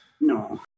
no